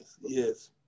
yes